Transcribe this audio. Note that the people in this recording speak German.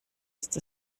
ist